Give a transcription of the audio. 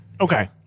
Okay